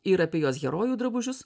ir apie jos herojų drabužius